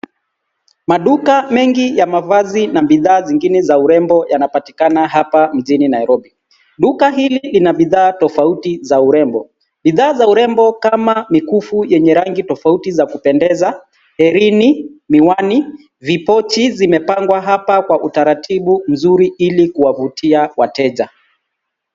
Maduka mengi ya mavazi na bidhaa zingine za urembo yanapatikana hapa mjini Nairobi. Duka hili lina bidhaa tofauti za urembo. Bidhaa za urembo kama: mikufu yenye rangi tofauti za kupendeza, herini, miwani, vipochi, zimepangwa hapa kwa utaratibu mzuri ilikuwavutia wateja.